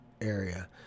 area